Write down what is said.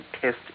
test